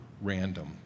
random